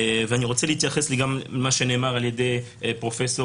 ואני רוצה להתייחס גם למה שנאמר על ידי פרופ'